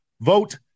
vote